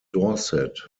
dorset